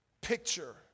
picture